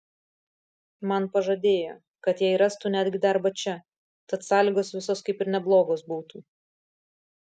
man pažadėjo kad jai rastų netgi darbą čia tad sąlygos visos kaip ir neblogos būtų